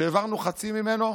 שהעברנו חצי ממנו,